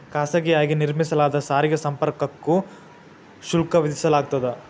ಖಾಸಗಿಯಾಗಿ ನಿರ್ಮಿಸಲಾದ ಸಾರಿಗೆ ಸಂಪರ್ಕಕ್ಕೂ ಶುಲ್ಕ ವಿಧಿಸಲಾಗ್ತದ